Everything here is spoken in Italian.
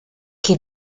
che